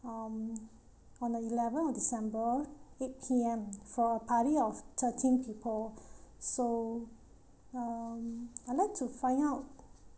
um on the eleventh of december eight P_M for a party of thirteen people so um I'd like to find out